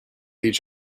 each